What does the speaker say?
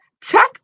check